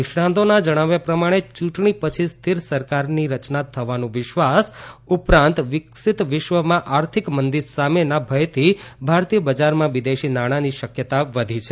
નિષ્ણાંતોના જણાવ્યા પ્રમાણે ચૂંટણી પછી સ્થિર સરકારની રચના થવાનું વિશ્વાસ ઉપરાંત વિકસિત વિશ્વમાં આર્થિક મંદી સામેના ભયથી ભારતીય બજારમાં વિદેશી નાણાંની શકયતા વધી છે